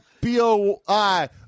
B-O-I